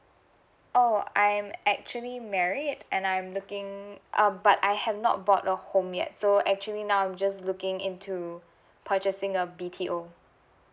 oh I am actually married and I'm looking um um but I have not bought a home yet so actually now I'm just looking into purchasing a B_T_O